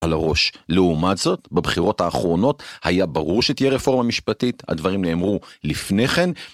על הראש. לעומת זאת, בבחירות האחרונות היה ברור שתהיה רפורמה משפטית, הדברים נאמרו לפני כן.